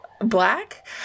black